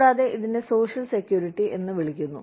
കൂടാതെ ഇതിനെ social security എന്ന് വിളിക്കുന്നു